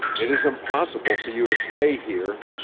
it is impossible for you to stay here,